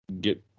get